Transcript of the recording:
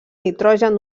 nitrogen